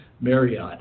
Marriott